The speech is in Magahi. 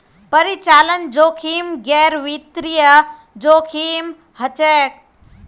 परिचालन जोखिम गैर वित्तीय जोखिम हछेक